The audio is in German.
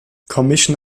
commission